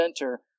enter